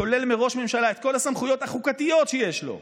שולל מראש ממשלה את כל הסמכויות החוקתיות שיש לו.